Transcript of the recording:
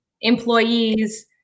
employees